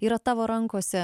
yra tavo rankose